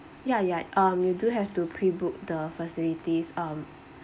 yeah yeah um you do have to pre book the facilities um